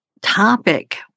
topic